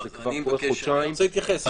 אני מבקש, אני רוצה להתייחס.